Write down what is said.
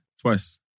twice